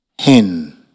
HIN